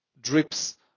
drips